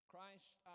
Christ